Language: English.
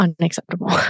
unacceptable